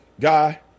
guy